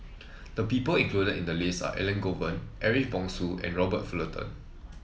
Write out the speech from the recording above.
the people included in the list are Elangovan Ariff Bongso and Robert Fullerton